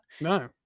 No